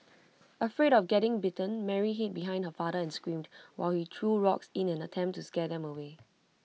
afraid of getting bitten Mary hid behind her father and screamed while he threw rocks in an attempt to scare them away